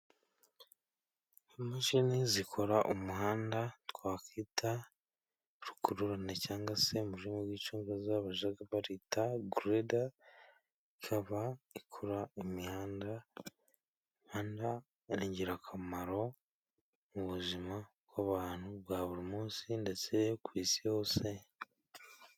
Imashini zikora umuhanda twakwita rukururana cyangwa se, mu rurimi rw'icyongereza bajya bita gereda, ikaba ikora imihanda. Imihanda ni ingirakamaro mu buzima bw'abantu bwa buri munsi, ndetse ku isi yose...